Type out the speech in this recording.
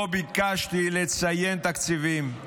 לא ביקשתי לציין תקציבים,